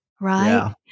Right